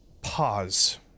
pause